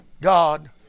God